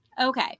Okay